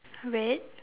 red